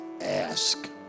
Ask